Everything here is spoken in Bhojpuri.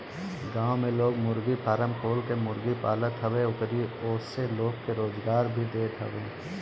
गांव में लोग मुर्गी फारम खोल के मुर्गी पालत हवे अउरी ओसे लोग के रोजगार भी देत हवे